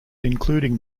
including